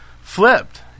flipped